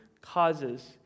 causes